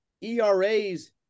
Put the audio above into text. ERAs –